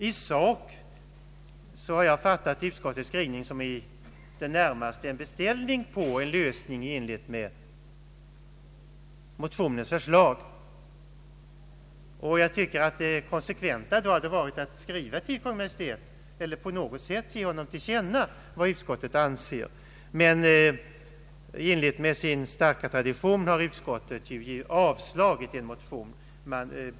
I sak har jag fattat utskottets skrivning som i det närmaste en beställning på en lösning i enlighet med motionens förslag, och jag tycker att det konsekventa då hade varit att skriva till Kungl. Maj:t eller på något sätt ge till känna vad utskottet anser. Men i enlighet med sin starka tradition har utskottet avstyrkt motionen.